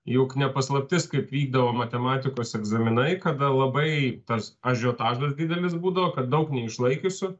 juk ne paslaptis kaip vykdavo matematikos egzaminai kada labai tas ažiotažas didelis būdavo kad daug neišlaikiusių